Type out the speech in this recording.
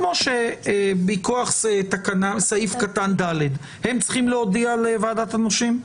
כמו שמכוח סעיף קטן (ד) הם צריכים להודיע לוועדת הנושים,